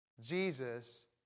Jesus